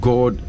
God